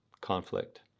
conflict